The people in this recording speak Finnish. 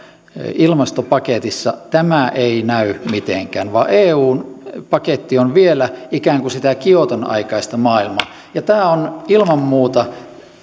ilmastopaketissa tämä ei näy mitenkään vaan eun paketti on vielä ikään kuin sitä kioton aikaista maailmaa ja tämä on ilman muuta